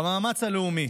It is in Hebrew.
במאמץ הלאומי.